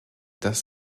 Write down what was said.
dass